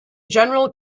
general